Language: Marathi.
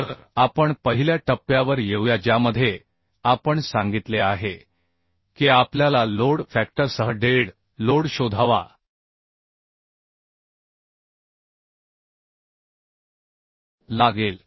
तर आपण पहिल्या टप्प्यावर येऊया ज्यामध्ये आपण सांगितले आहे की आपल्याला लोड फॅक्टरसह डेड लोड शोधावा लागेल